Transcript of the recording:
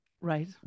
Right